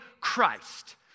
Christ